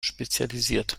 spezialisiert